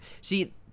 See